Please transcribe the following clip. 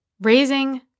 raising